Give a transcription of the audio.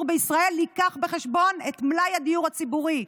בישראל ייקח בחשבון את מלאי הדיור הציבורי,